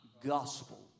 gospel